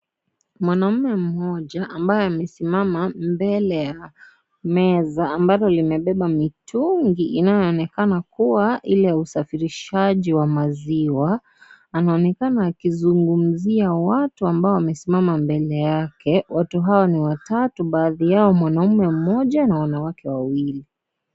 Mwanamme mmoja ambaye amesimama mbele ya meza ambalo limebeba mitungi inayoonekana kuwa ile ya usafirishaji wa maziwa, anaonekana akizungumzia watu ambao wamesimama mbele yake, watu hawa ni watatu baadhi yao mwanamme mmoja na wanawake wawili.